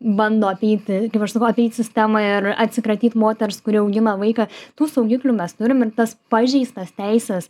bando apeiti kaip aš sakau apeit sistemą ir atsikratyt moters kuri augina vaiką tų saugiklių mes turim ir tas pažeistas teises